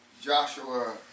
Joshua